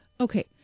Okay